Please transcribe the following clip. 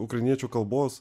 ukrainiečių kalbos